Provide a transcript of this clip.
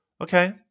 Okay